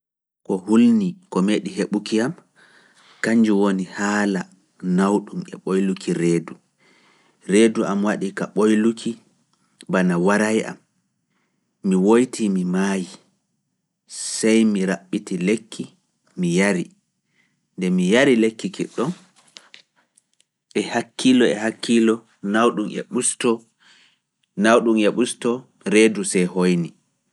Ko hulnii, ko meeɗi heɓuki am, kañnjo woni haala nawɗum e ɓoyluki reedu, reedu am waɗi ka ɓoyluki bana warae am, mi woytii mi maayi, sey mi raɓɓiti lekki mi yari, nde mi yari lekki kiɗɗon, e hakkiilo e hakkiilo nawɗum e ɓustoo, nawɗum e ɓustoo, reedu sae hoyni.